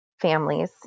families